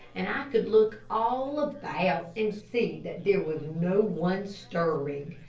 and i could look all about and see that there was no one stirring.